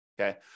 okay